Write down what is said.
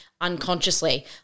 unconsciously